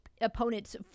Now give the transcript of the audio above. opponents